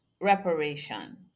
reparation